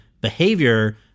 behavior